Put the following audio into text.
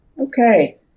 Okay